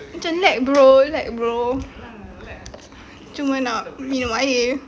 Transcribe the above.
macam lek bro lek bro cuma nak minum air